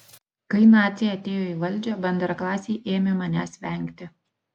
kai naciai atėjo į valdžią bendraklasiai ėmė manęs vengti